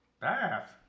Bath